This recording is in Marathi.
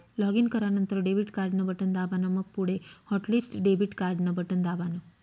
लॉगिन करानंतर डेबिट कार्ड न बटन दाबान, मंग पुढे हॉटलिस्ट डेबिट कार्डन बटन दाबान